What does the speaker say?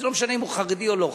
זה לא משנה אם הוא חרדי או לא חרדי,